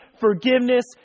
forgiveness